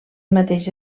mateix